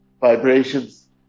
vibrations